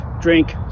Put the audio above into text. drink